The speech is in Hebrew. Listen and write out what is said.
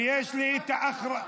ויש לי את, רק אחת.